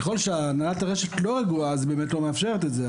ככול שהנהלת הרשת לא רגועה אז באמת היא לא מאפשרת את זה,